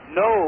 no